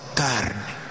carne